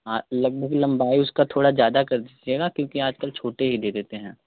हाँ लगभग लम्बाई उसका थोड़ा ज्यादा कर दीजिएगा क्योंकि आजकल छोटे ही दे देते हैं